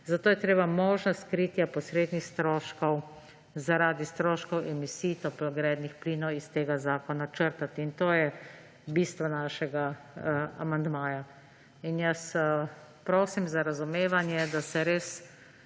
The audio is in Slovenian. zato je treba možnost kritja posrednih stroškov zaradi stroškov emisij toplogrednih plinov iz tega zakona črtati. In to je bistvo našega amandmaja. Jaz prosim za razumevanje, da se res